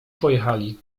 pojechali